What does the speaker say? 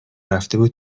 رفته